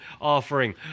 offering